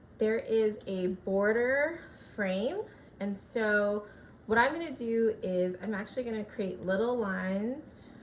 there is a border frame and so what i'm going to do is i'm actually going to create little lines